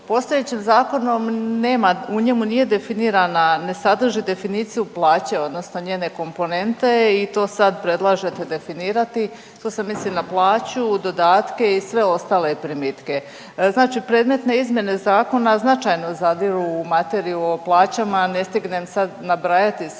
Postojećim zakonom nema, u njemu nije definirana, ne sadrži definiciju plaće odnosno njene komponente i to sad predlažete definirati, tu se misli na plaću, dodatke i sve ostale primitke. Znači predmetne izmjene zakona značajno zadiru u materiju o plaćama, ne stignem sad nabrajati sve